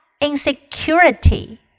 insecurity